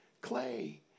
Clay